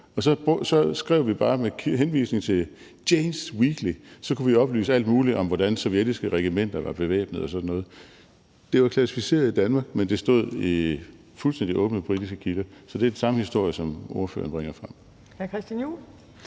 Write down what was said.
og så skrev vi bare med henvisning til Janes Weekly, og så kunne vi oplyse alt muligt om, hvordan sovjetiske regimenter var bevæbnede og sådan noget. Det var klassificeret i Danmark, men det stod i fuldstændig åbne britiske kilder, så det er den samme historie som den, som spørgeren bringer frem.